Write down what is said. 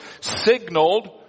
signaled